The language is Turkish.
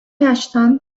yaştan